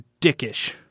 dickish